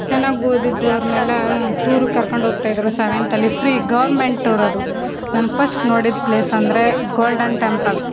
ಚೆನ್ನಾಗಿ ಓದಿದ್ದವರನ್ನೆಲ್ಲಾ ಟೂರಿಗೆ ಕರ್ಕೊಂಡು ಹೋಗ್ತ ಇದ್ದರು ಸೆವೆಂತ್ ಅಲ್ಲಿ ಫ್ರೀ ಗೌರ್ಮೆಂಟ್ ಟೂರ್ ಅದು ನಾನು ಪಸ್ಟ್ ನೋಡಿದ ಪ್ಲೇಸ್ ಅಂದರೆ ಗೋಲ್ಡನ್ ಟೆಂಪಲ್